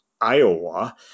Iowa